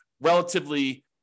relatively